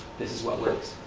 this is what works.